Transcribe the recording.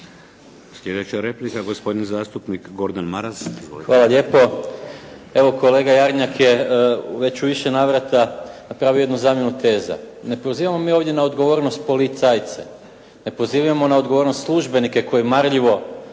Sljedeća replika, gospodin zastupnik Gordan Maras. Izvolite. **Maras, Gordan (SDP)** Hvala lijepo. Evo kolega Jarnjak je u više navrata napravio jednu zamjenu teza. Ne pozivamo mi ovdje na odgovornost policajce, ne pozivamo na odgovornost službenike koji marljivo